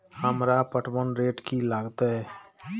हमरा पटवन रेट की लागते?